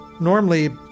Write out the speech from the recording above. normally